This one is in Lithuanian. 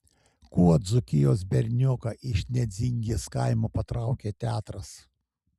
kuo dzūkijos bernioką iš nedzingės kaimo patraukė teatras